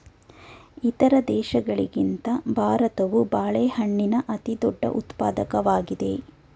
ಇತರ ದೇಶಗಳಿಗಿಂತ ಭಾರತವು ಬಾಳೆಹಣ್ಣಿನ ಅತಿದೊಡ್ಡ ಉತ್ಪಾದಕವಾಗಿದೆ